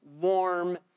warm